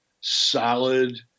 solid